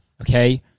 okay